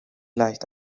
leicht